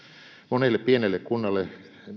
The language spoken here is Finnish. monelle pienelle kunnalle